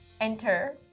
Enter